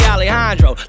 Alejandro